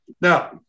Now